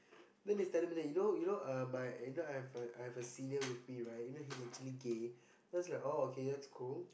then he tell me that you know you know uh my you know I have a I have a senior with me right you know he's actually gay then I was like oh okay that's cool